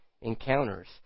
encounters